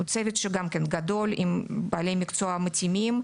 צוות גדול שמורכב מבעלי מקצוע מתאימים.